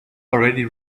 already